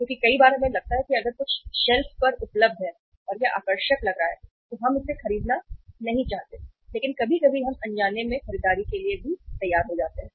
क्योंकि कई बार हमें लगता है कि अगर कुछ शेल्फ पर उपलब्ध है और यह आकर्षक लग रहा है तो हम इसे खरीदना नहीं चाहते हैं लेकिन कभी कभी हम अनजाने खरीदारी के लिए भी जाते हैं